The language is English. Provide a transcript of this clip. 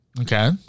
Okay